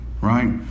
right